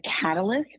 catalyst